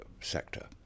sector